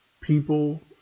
people